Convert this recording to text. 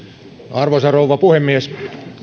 arvoisa rouva puhemies